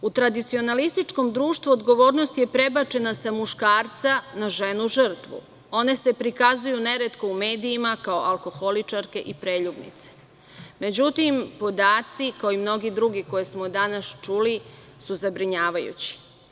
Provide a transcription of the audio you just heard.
U tradicionalističkom društvu, odgovornost je prebačena sa muškarca na ženu žrtvu, one se prikazuju neretko u medijima, kao alkoholičarke i preljubnice, međutim, podaci kao i mnogi drugi koje smo danas čuli su zabrinjavajući.